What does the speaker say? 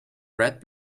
bread